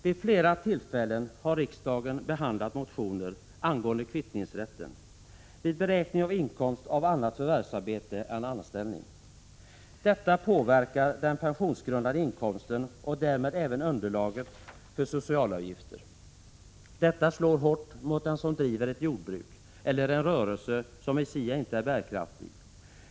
Vid flera tillfällen har riksdagen behandlat motioner angående kvittningsrätten vid beräkning av inkomst av annat förvärvsarbete än anställning. Kvittningsrätten påverkar den pensionsgrundande inkomsten och därmed även beräkningen av underlaget för socialavgifter. Detta slår hårt mot den som driver ett jordbruk eller en rörelse som i sig inte är bärkraftig.